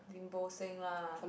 Lim-Bo-Seng lah